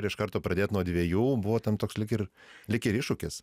ir iš karto pradėt nuo dvejų buvo ten toks ir lyg iššūkis